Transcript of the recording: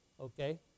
okay